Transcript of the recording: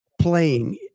playing